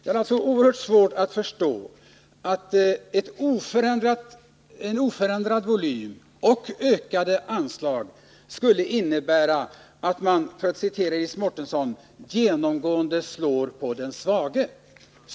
Jag har alltså oerhört svårt att förstå att en oförändrad volym och ökade anslag skulle innebära att man, för att citera Iris Mårtensson, ”genomgående slår på den svage”.